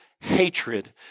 hatred